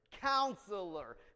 Counselor